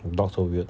your dog so weird